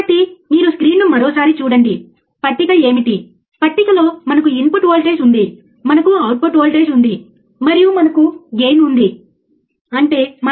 కాబట్టి ఇక్కడ వ్రాయబడిన ఈ ప్రత్యేకమైన విషయాలు ఇది పట్టికలో వ్రాయబడలేదు ఇది పట్టికలో లేదు సరియైనదా